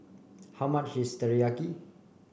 how much is Teriyaki